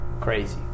crazy